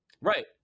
Right